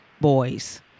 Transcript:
boys